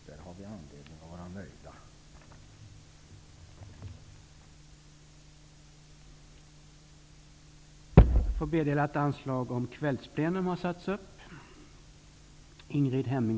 Vi har anledning att vara nöjda med den behandlingen.